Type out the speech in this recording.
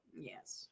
Yes